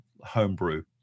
homebrew